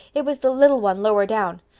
it was the little one lower down.